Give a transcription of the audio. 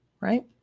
right